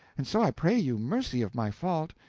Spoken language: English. and so i pray you mercy of my fault,